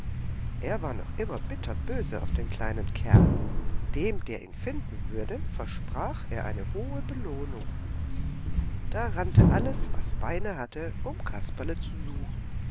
er war noch immer bitterböse auf den kleinen kerl dem der ihn finden würde versprach er eine hohe belohnung da rannte alles was beine hatte um kasperle zu suchen